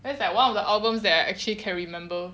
that is like one of the albums that I actually can remember